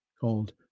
called